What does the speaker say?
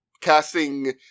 Casting